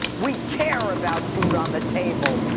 we care about food on the table,